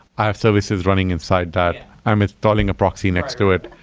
i have services running inside that. i'm installing a proxy next to it.